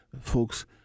folks